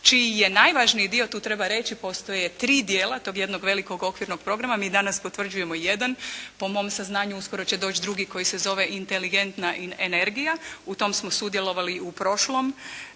čiji je najvažniji dio, tu treba reći, postoje tri dijela tog jednog velikog okvirnog programa, mi danas potvrđujemo jedan, po mom saznanju, uskoro će doći drugi koji se zove inteligentna energija. U tom smo sudjelovali u prošloj